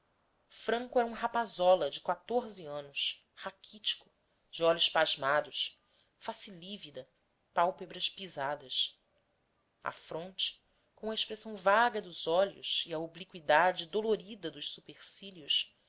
franco era um rapazola de quatorze anos raquítico de olhos pasmados face lívida pálpebras pisadas à fronte com a expressão vaga dos olhos e obliqüidade dolorida dos supercílios